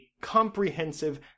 comprehensive